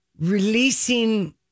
releasing